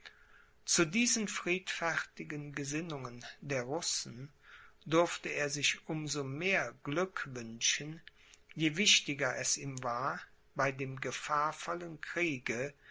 zu diesen friedfertigen gesinnungen der russen durfte er sich um so mehr glück wünschen je wichtiger es ihm war bei dem gefahrvollen kriege